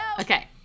Okay